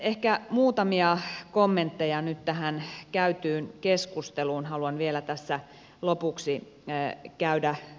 ehkä muutamia kommentteja nyt tähän käytyyn keskusteluun haluan vielä tässä lopuksi käydä läpi